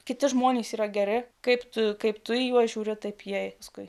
kiti žmonės yra geri kaip tu kaip tu juos žiūri taip jei paskui